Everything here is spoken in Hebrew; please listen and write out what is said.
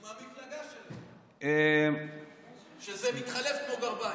הוא מהמפלגה שלו, שזה מתחלף כמו גרביים.